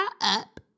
up